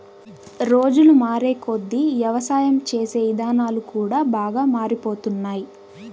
రోజులు మారేకొద్దీ యవసాయం చేసే ఇదానాలు కూడా బాగా మారిపోతున్నాయ్